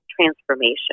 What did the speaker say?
transformation